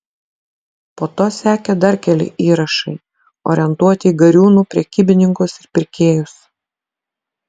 po to sekė dar keli įrašai orientuoti į gariūnų prekybininkus ir pirkėjus